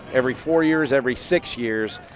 every four years, every six years.